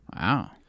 Wow